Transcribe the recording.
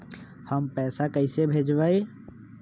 हम पैसा कईसे भेजबई?